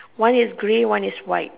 one is grey one is white